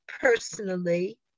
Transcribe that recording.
personally